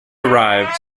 arrive